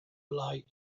lie